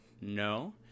no